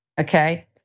okay